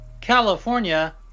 California